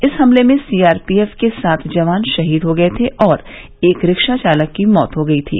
इस हमले में सीआरपीएफ के सात जवान शहीद हो गये थे और एक रिक्शाचालक की मौत हो गई थी